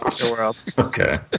Okay